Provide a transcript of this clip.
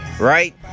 Right